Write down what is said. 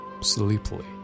sleepily